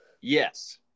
Yes